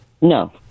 No